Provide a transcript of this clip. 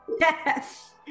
Yes